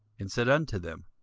and said unto them,